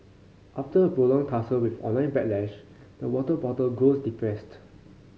after a prolonged tussle with online backlash the water bottle grows depressed